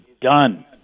done